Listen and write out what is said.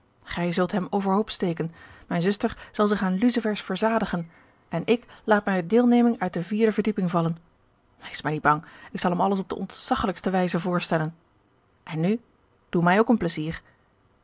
gij zult hem overhoop steken mijne zuster zal zich aan lucifers verzadigen en ik laat mij uit deelneming uit de vierde verdieping vallen wees maar niet bang ik zal hem alles op de ontzaggelijkste wijze voorstellen en nu doe mij ook een pleizier